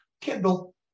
Kindle